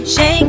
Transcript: Shake